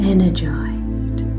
Energized